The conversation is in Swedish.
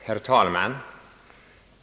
Herr talman!